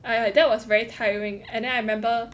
I I that was very tiring and then I remember